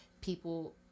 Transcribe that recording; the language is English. people